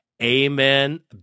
Amen